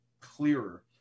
clearer